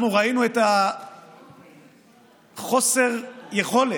אנחנו ראינו את חוסר היכולת